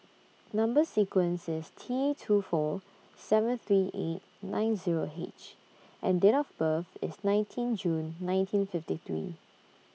Number sequence IS T two four seven three eight nine Zero H and Date of birth IS nineteen June nineteen fifty three